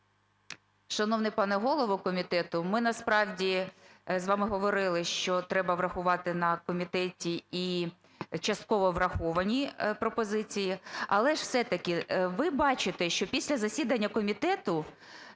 Шановний пане голово комітету, ми насправді з вами говорили, що треба врахувати на комітеті і частково враховані пропозиції. Але все-таки ви бачите, що після засідання комітету